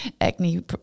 acne